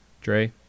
Dre